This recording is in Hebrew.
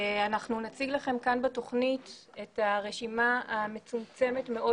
אנחנו נציג לכם כאן בתכנית את הרשימה המצומצמת מאוד